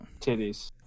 titties